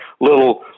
little